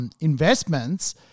investments